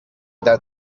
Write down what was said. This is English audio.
that